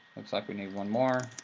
looks like we need one more,